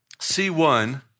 C1